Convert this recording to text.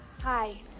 Hi